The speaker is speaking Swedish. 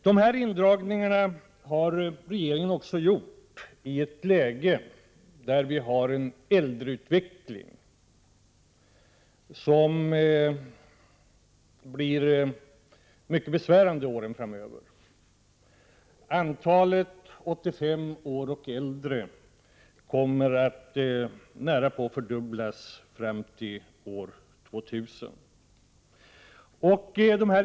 De här indragningarna har regeringen gjort i ett läge där vi har en äldreutveckling som blir mycket besvärande under åren framöver. Antalet människor som är 85 år och äldre kommer att nästan fördubblas fram till år 2000.